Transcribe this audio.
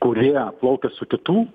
kurie plaukia su kitų